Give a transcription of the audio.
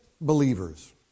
believers